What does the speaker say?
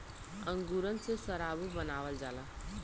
अंगूरन से सराबो बनावल जाला